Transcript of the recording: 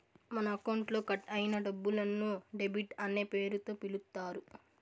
మన అకౌంట్లో కట్ అయిన డబ్బులను డెబిట్ అనే పేరుతో పిలుత్తారు